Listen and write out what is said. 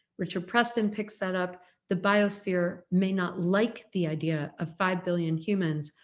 richard preston picks that up the biosphere may not like the idea of five billion humans,